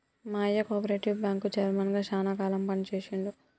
మా అయ్య కోపరేటివ్ బ్యాంకుకి చైర్మన్ గా శానా కాలం పని చేశిండు